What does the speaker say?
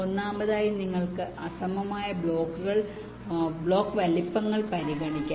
ഒന്നാമതായി നിങ്ങൾക്ക് അസമമായ ബ്ലോക്ക് വലുപ്പങ്ങൾ പരിഗണിക്കാം